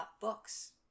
Books